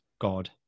god